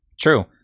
True